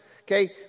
Okay